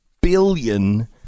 billion